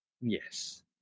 Yes